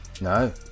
no